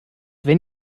wenn